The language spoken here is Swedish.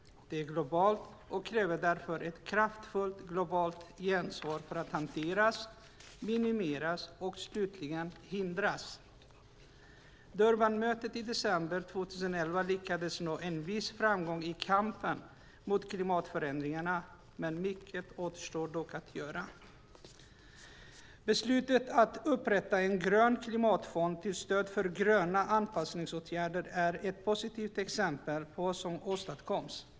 Det är globalt och kräver därför ett kraftfullt globalt gensvar för att hanteras, minimeras och slutligen hindras. Durbanmötet i december 2011 lyckades nå viss framgång i kampen mot klimatförändringarna, men mycket återstår dock att göra. Beslutet att upprätta en grön klimatfond till stöd för gröna anpassningsåtgärder är ett positivt exempel på vad som åstadkoms.